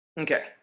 okay